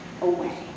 away